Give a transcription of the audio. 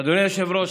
אדוני היושב-ראש,